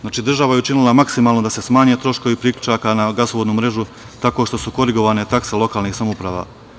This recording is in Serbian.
Znači, država je učinila maksimalno da se smanje troškovi priključaka na gasovodnu mrežu, tako što su korigovane takse lokalnih samouprava.